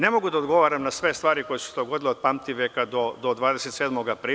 Ne mogu da odgovaram na sve stvari koje su se dogodile od pamtiveka do 27. aprila.